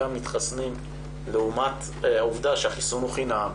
המתחסנים לעומת העובדה שהחיסון הוא חינם,